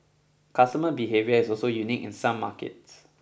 customer behaviour is also unique in some markets